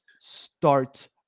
start